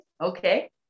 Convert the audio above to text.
Okay